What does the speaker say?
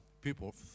people